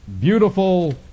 beautiful